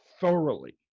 thoroughly